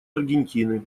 аргентины